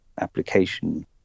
application